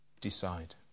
Decide